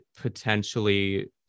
potentially